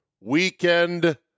weekend